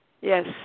Yes